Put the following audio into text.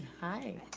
hi.